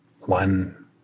one